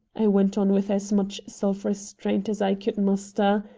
i went on with as much self-restraint as i could muster,